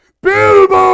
Bilbo